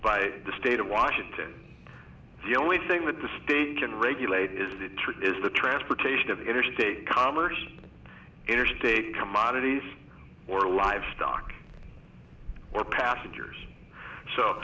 by the state of washington the only thing that the state can regulate is that true is the transportation of interstate commerce interstate commodities or livestock or passengers so